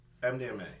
MDMA